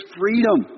freedom